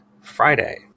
friday